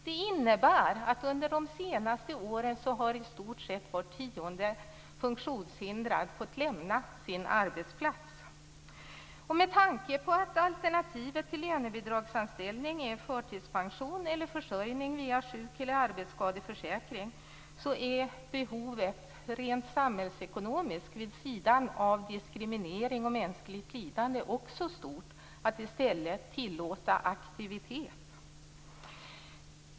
Det innebär att i stort sett var tionde funktionshindrad under de senaste åren har fått lämna sin arbetsplats. Med tanke på att alternativet till lönebidragsanställning är förtidspension eller försörjning via sjuk eller arbetsskadeförsäkring är behovet stort också rent samhällsekonomiskt, vid sidan av diskrimineringen och det mänskliga lidandet, att i stället tillåta aktivitet.